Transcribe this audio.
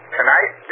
tonight